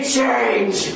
change